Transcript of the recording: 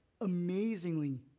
amazingly